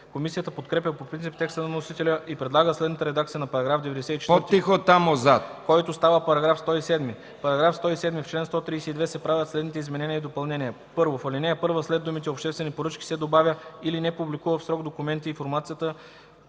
Комисията подкрепя по принцип текста на вносителя и предлага следната редакция на § 94, който става § 107: „§ 107. В чл. 132 се правят следните изменения и допълнения: 1. В ал. 1 след думите „обществените поръчки“ се добавя „или не публикува в срок документите и информацията,